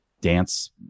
dance